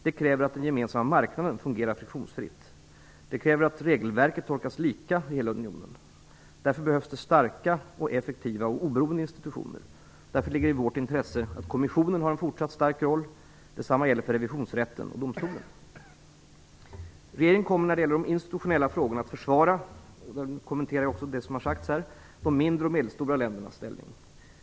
Det kräver att den gemensamma marknaden fungerar friktionsfritt, vilket i sin tur kräver att regelverket tolkas lika i hela unionen. Därför behövs det starka, effektiva och oberoende institutioner. Det ligger alltså i vårt intresse att kommissionen har en fortsatt stark roll. Detsamma gäller för revisionsrätten och domstolen. Regeringen kommer när det gäller de institutionella frågorna att försvara - jag kommenterar också det som har sagts här - de mindre och medelstora ländernas ställning.